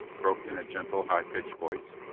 broke in a gentle, high-pitched voice.